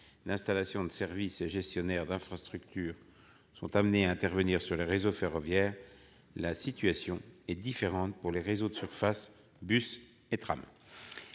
d'installations de services et gestionnaires d'infrastructure sont amenés à intervenir sur le réseau ferroviaire, la situation est différente pour les réseaux de surface, bus et trams.